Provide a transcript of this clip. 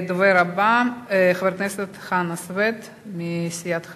הדובר הבא, חבר הכנסת חנא סוייד מסיעת חד"ש.